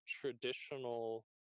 traditional